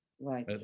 right